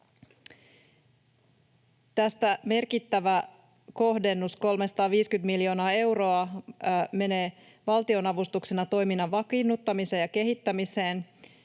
Tästä merkittävä kohdennus, 350 miljoonaa euroa, menee valtionavustuksena toiminnan vakiinnuttamiseen ja kehittämiseen.